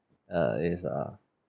uh is uh